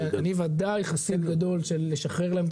ואני ודאי חסיד גדול של לשחרר להם את